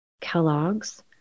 Kellogg's